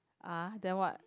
ah then what